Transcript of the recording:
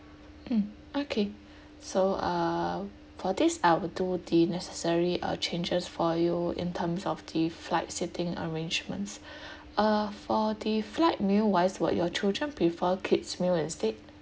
mm okay so uh for this I will do the necessary uh changes for you in terms of the flight seating arrangements uh for the flight meal wise would your children prefer kids meal is it